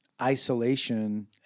Isolation